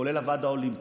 כולל הוועד האולימפי,